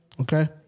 okay